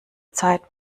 zeit